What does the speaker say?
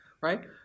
right